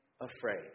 afraid